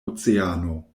oceano